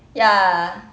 ya